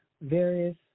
various